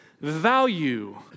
value